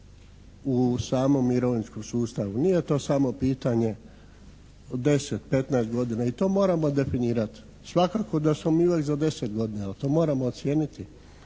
u samom mirovinskom sustavu. Nije to samo pitanje 10, 15 godina. I to moramo definirati. Svakako da smo mi imali za 10 godina, ali to moramo ocijeniti.